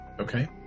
okay